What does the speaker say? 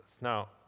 Now